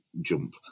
jump